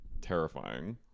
terrifying